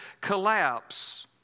collapse